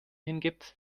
hingibt